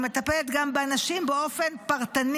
היא מטפלת גם באנשים באופן פרטני.